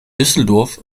düsseldorf